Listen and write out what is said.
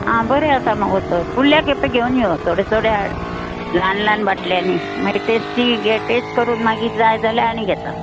आ बरें आसा मगो तर फुडल्या खेपे घेवन यो थोडें थोडें हाड ल्हान ल्हान बाटल्यांनी मागीर टेस्टी हें टॅस्ट करून मागी जाय जाल्या आनी घेता